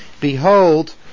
Behold